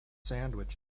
sandwich